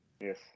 yes